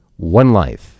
OneLife